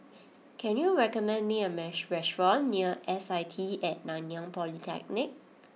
can you recommend me a restaurant near S I T at Nanyang Polytechnic